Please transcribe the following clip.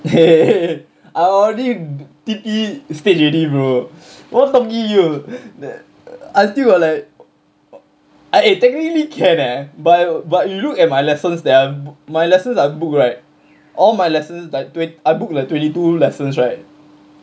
!hey! I already T_P stage already bro what talking you I still got like I eh technically can eh there but but you look at my lessons that I my lessons I book right all my lesson like twen~ I book the twenty two lessons right